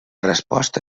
resposta